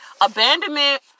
Abandonment